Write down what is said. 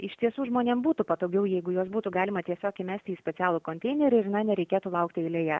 iš tiesų žmonėm būtų patogiau jeigu juos būtų galima tiesiog įmesti į specialų konteinerį ir na nereikėtų laukti eilėje